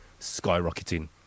skyrocketing